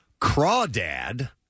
Crawdad